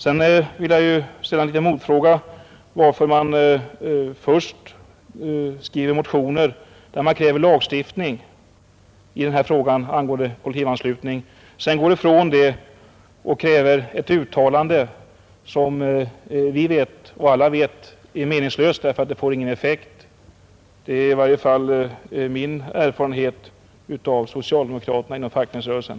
Sedan vill jag ställa en liten motfråga, varför man först skriver motioner och kräver lagstiftning mot kollektivanslutningen och sedan går ifrån det och i stället kräver ett uttalande som vi alla vet är meningslöst, eftersom det inte får någon effekt — i varje fall är det min erfarenhet av socialdemokraterna inom fackföreningsrörelsen.